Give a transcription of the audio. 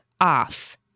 off